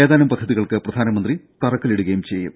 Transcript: ഏതാനും പദ്ധതികൾക്ക് പ്രധാനമന്ത്രി തറക്കല്ലിടുകയും ചെയ്യും